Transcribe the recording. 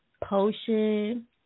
Potion